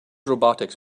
robotix